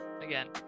again